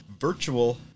virtual